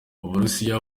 uburusiya